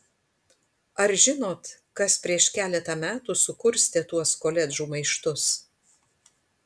ar žinot kas prieš keletą metų sukurstė tuos koledžų maištus